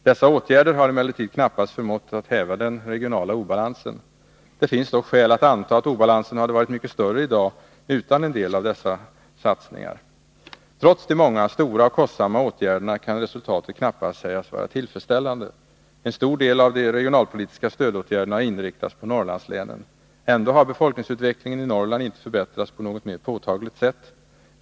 Dessa åtgärder har emellertid knappast förmått häva den regionala obalansen. Det finns dock skäl att anta att obalansen hade varit mycket större i dag utan en del av dessa satsningar. Trots de många, stora och kostsamma åtgärderna kan resultatet knappast sägas vara tillfredsställande. En stor del av de regionalpolitiska stödåtgärderna har inriktats på Norrlandslänen. Ändå har befolkningsutvecklingen i Norrland inte förbättrats på något mer påtagligt sätt.